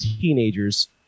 teenagers